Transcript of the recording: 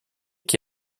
qui